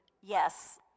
yes